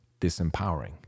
disempowering